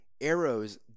arrows